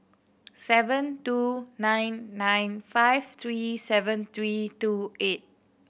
seven two nine nine five three seven three two eight